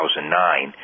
2009